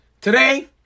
today